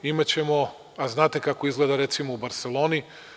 Imaćemo, znate kako izgleda, recimo u Barseloni.